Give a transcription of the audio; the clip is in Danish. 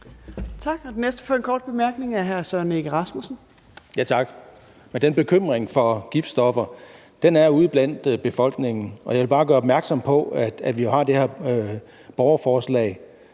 Tak. Den næste for en kort bemærkning er hr. Søren Egge Rasmussen. Kl. 17:34 Søren Egge Rasmussen (EL): Tak. Den bekymring for giftstoffer er der ude blandt befolkningen, og jeg vil bare gøre opmærksom på, at vi har det her borgerforslag,